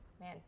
man